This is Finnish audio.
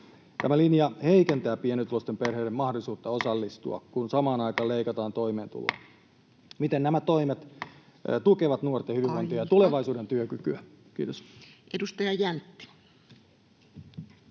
Tämä linja heikentää pienituloisten perheiden mahdollisuutta osallistua, kun samaan aikaan leikataan toimeentuloa. Miten nämä toimet tukevat nuorten hyvinvointia [Puhemies: Aika!] ja tulevaisuuden työkykyä? — Kiitos. [Speech 314]